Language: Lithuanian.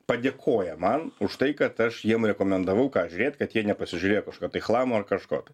padėkoja man už tai kad aš jiem rekomendavau ką žiūrėt kad jie nepasižiūrėjo kažkokio tai chlamo ar kažko tai